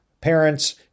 parents